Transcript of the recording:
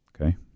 Okay